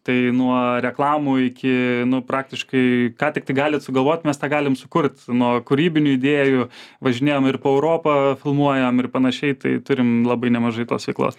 tai nuo reklamų iki praktiškai ką tiktai galit sugalvot mes tą galim sukurt nuo kūrybinių idėjų važinėjam po europą filmuojam ir panašiai tai turim labai nemažai tos veiklos